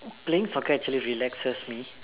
playing soccer actually relaxes me